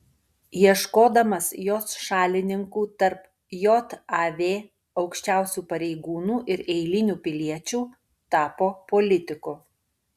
ieškodamas jos šalininkų tarp jav aukščiausių pareigūnų ir eilinių piliečių tapo politiku